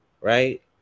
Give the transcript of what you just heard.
right